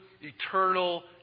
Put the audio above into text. eternal